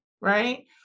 Right